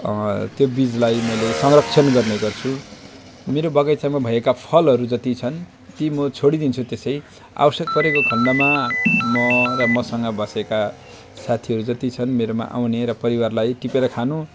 त्यो बीजलाई मैले संरक्षण गर्ने गर्छु मेरो बगैँचामा भएका फलहरू जति छन् ती म छोडिदिन्छु त्यसै आवश्यक परेको खण्डमा म र मसँग बसेका साथीहरू जति छन् मेरोमा आउने र परिवारलाई टिपेर खानु